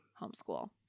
homeschool